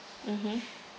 mmhmm